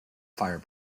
fire